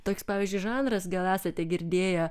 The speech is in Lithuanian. toks pavyzdžiui žanras gal esate girdėję